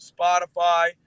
Spotify